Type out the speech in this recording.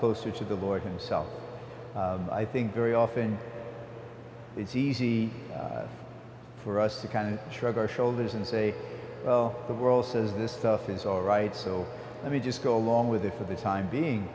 closer to the lord himself i think very often it's easy for us to kind of shrug our shoulders and say the world says this stuff is all right so let me just go along with it for the time being